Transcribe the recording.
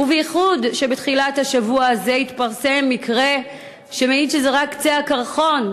בייחוד כשבתחילת השבוע הזה התפרסם מקרה שמעיד שזה רק קצה הקרחון,